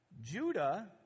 Judah